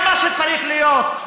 זה מה שצריך להיות.